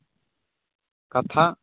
ᱠᱟᱛᱷᱟ